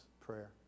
prayer